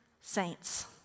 saints